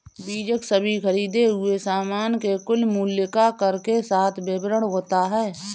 बीजक सभी खरीदें हुए सामान के कुल मूल्य का कर के साथ विवरण होता है